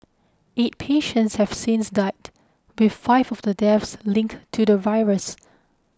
eight patients have since died with five of the deaths linked to the virus